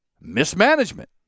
mismanagement